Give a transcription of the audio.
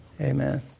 Amen